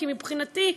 כי מבחינתי,